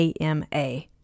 AMA